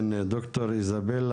כן, ד"ר איזבלה